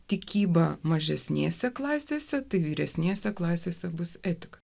tikybą mažesnėse klasėse tik vyresnėse klasėse bus etika